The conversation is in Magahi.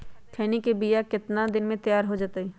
खैनी के बिया कितना दिन मे तैयार हो जताइए?